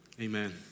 Amen